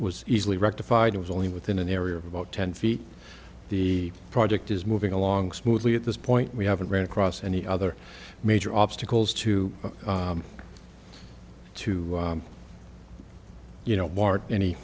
was easily rectified it was only within an area of about ten feet the project is moving along smoothly at this point we haven't ran across any other major obstacles to to you know